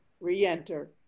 re-enter